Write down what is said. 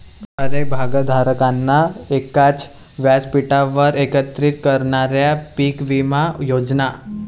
अनेक भागधारकांना एकाच व्यासपीठावर एकत्रित करणाऱ्या पीक विमा योजना